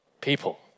people